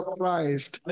Christ